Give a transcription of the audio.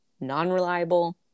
non-reliable